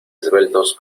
esbeltos